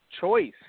choice